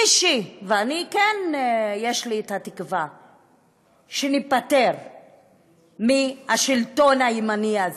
ואני כן יש לי תקווה שניפטר מהשלטון הימני הזה.